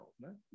right